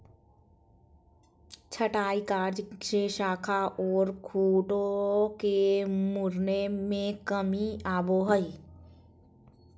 छंटाई कार्य से शाखा ओर खूंटों के मुड़ने में कमी आवो हइ